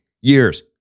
years